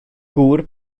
gŵr